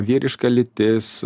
vyriška lytis